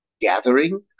gathering